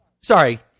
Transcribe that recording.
Sorry